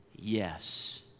Yes